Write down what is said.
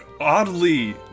oddly